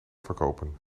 verkopen